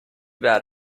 bad